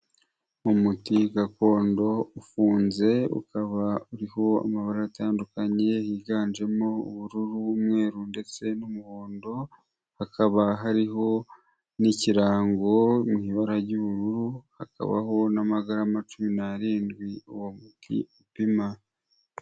Umuti gakondo ufunze ukaba uriho amabara atandukanye higanjemo ubururu, umweru ndetse n'umuhondo, hakaba hariho n'ikirango mu ibara ry'ubururu, hakabaho n'amagarama cumi n'andwi uwo mu muti upima.